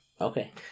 Okay